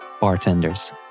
bartenders